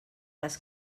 les